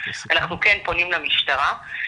אנחנו כן פונים למשטרה.